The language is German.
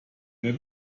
wer